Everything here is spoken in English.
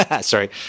sorry